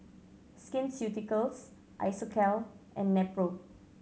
Skin Ceuticals Isocal and Nepro